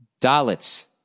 Dalits